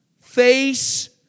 face